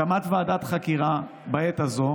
הקמת ועדת חקירה בעת הזאת